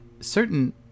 certain